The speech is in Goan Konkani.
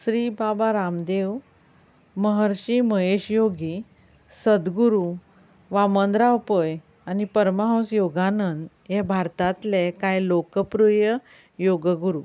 श्री बाबा रामदेव महर्षी महेश योगी सदगुरू वामनराव पै आनी परमहंस योगानंद हें भारतांतले कांय लोकप्रीय योग गुरू